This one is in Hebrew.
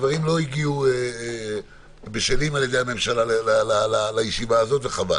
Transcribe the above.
הדברים לא הגיעו בשלים מהממשלה לישיבה הזאת, וחבל.